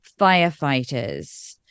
firefighters